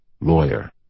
lawyer